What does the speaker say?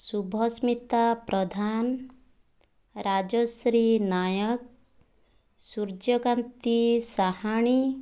Subhasmita Pradhan Rajashree Nayak Suryakanti Sahani